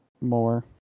more